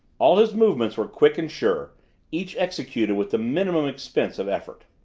all his movements were quick and sure each executed with the minimum expense of effort.